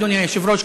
אדוני היושב-ראש,